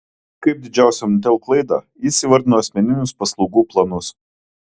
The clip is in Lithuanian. kaip didžiausią omnitel klaidą jis įvardino asmeninius paslaugų planus